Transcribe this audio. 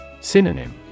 Synonym